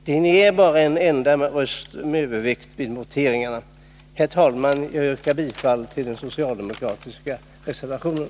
Ni har bara en enda rösts övervikt vid voteringarna. Herr talman! Jag yrkar bifall till den socialdemokratiska reservationen.